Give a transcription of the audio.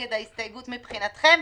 כנגד ההסתייגות מבחינתכם,